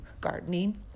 gardening